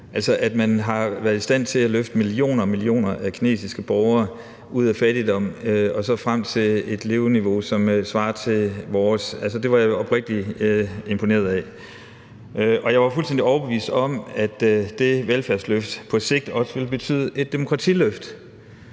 altså at man har været i stand til at løfte millioner og millioner af kinesiske borgere ud af fattigdom og op på et leveniveau, som svarer til vores. Det var jeg oprigtigt imponeret over, og jeg var fuldstændig overbevist om, at det velfærdsløft på sigt også ville betyde et demokratiløft.